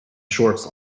shorts